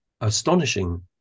astonishing